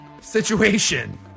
situation